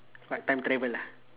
what time travel ah